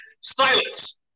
silence